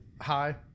hi